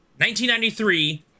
1993